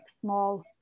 small